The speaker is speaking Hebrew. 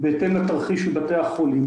בהתאם לתרחיש של בתי החולים.